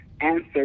answer